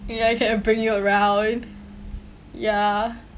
ya he can bring you around ya